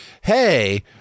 hey